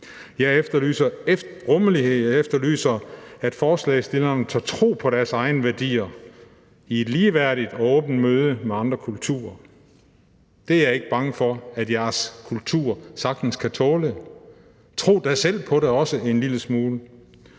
jeg efterlyser, at forslagsstillerne tør tro på deres egne værdier i et ligeværdigt og åbent møde med andre kulturer. Det er jeg ikke bange for at deres kultur sagtens kan tåle; tro da også selv en lille smule